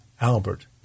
Albert